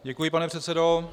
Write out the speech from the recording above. Děkuji, pane předsedo.